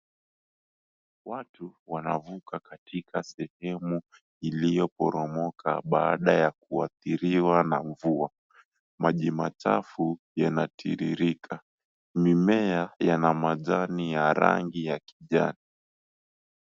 Watu wanavuka katika sehemu iliyoporomoka baada ya kuathiriwa na mvua. Maji machafu yanatiririka, mimea yana majani ya rangi ya kijani.